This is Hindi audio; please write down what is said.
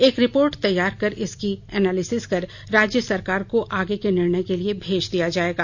एक रिपोर्ट तैयार कर इसकी एनालिसिस कर राज्य सरकार को आगे के निर्णय के लिए भेज दिया जाएगा